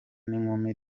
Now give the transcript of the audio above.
n’inkumi